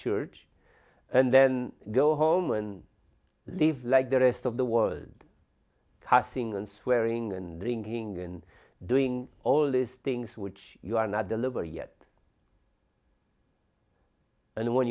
church and then go home and live like the rest of the world cussing and swearing and drinking and doing all these things which you are not deliver yet and when